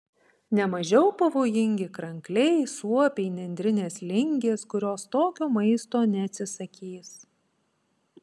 ne mažiau pavojingi krankliai suopiai nendrinės lingės kurios tokio maisto neatsisakys